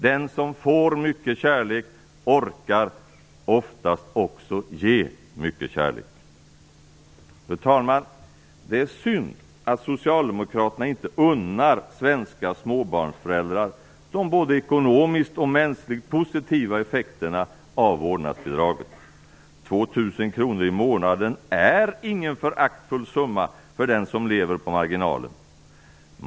Den som får mycket kärlek orkar oftast också ge mycket kärlek. Fru talman! Det är synd att socialdemokraterna inte unnar svenska småbarnsföräldrar de både ekonomiskt och mänskligt positiva effekterna av vårdnadsbidraget. 2 000 kr i månaden är ingen föraktlig summa för den som lever på marginalen.